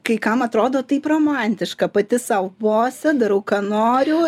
kai kam atrodo taip romantiška pati sau bosė darau ką noriu